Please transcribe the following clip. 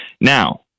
Now